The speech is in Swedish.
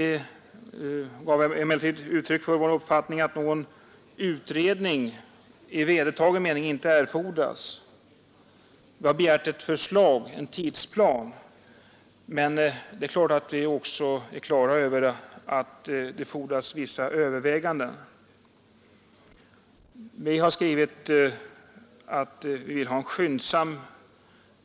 Vi gav emellertid uttryck för vår uppfattning att någon utredning i vedertagen mening inte erfordras. Vi har begärt ett förslag och en tidsplan, men vi är självfallet också på det klara med att det fordras vissa överväganden. Vi har skrivit att vi vill ha en skyndsam